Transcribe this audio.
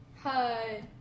Hi